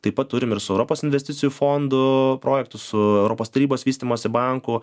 taip pat turim ir su europos investicijų fondu projektus su europos tarybos vystymosi banku